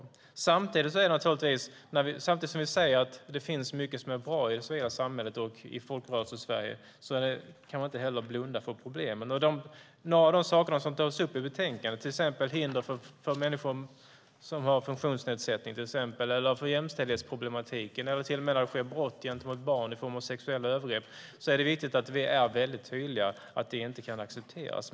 Samtidigt som vi säger att det finns mycket som är bra i det civila samhället och i Folkrörelsesverige kan vi inte blunda för problemen. Några av de saker som tas upp i betänkandet är till exempel hinder för människor med funktionsnedsättning, jämställhetsproblematik och till och med brott mot barn i form av sexuella övergrepp. Det är viktigt att vi är väldigt tydliga med att det inte kan accepteras.